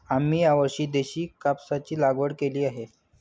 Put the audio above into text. आम्ही यावर्षी देशी कापसाची लागवड केली आहे